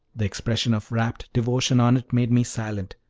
the expression of rapt devotion on it made me silent,